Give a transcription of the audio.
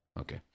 Okay